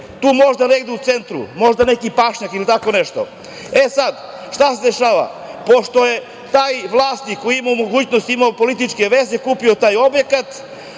tu možda negde u centru, možda neki pašnjak ili tako nešto.E, sad, šta se dešava? Pošto je taj vlasnik koji je imao mogućnost, imao političke veze, kupio taj objekat,